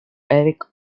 eric